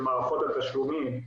של מערכות התשלומים,